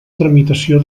tramitació